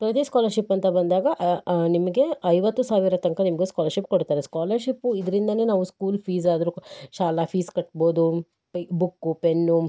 ಪ್ರಗತಿ scholarship ಅಂತ ಬಂದಾಗ ನಿಮಗೆ ಐವತ್ತು ಸಾವಿರ ತನಕ ನಿಮಗೆ ಸ್ಕಾಲರ್ಶಿಪ್ ಕೊಡ್ತಾರೆ ಸ್ಕಾಲರ್ಶಿಪ್ಪು ಇದರಿಂದನೇ ನಾವು ಸ್ಕೂಲ್ ಫೀಸಾದರೂ ಶಾಲಾ ಫೀಸ್ ಕಟ್ಬೋದು ಬುಕ್ಕು ಪೆನ್ನು